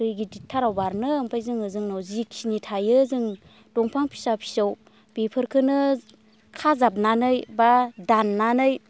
दै गिदिर थाराव बारनो ओमफ्राय जोङो जोंनाव जिखिनि थायो जों दंफां फिसा फिसौ बेफोरखोनो खाजाबनानै बा दाननानै